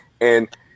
And-